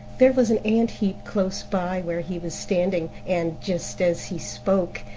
there was an ant-heap close by where he was standing, and, just as he spoke,